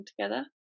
together